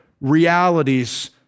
realities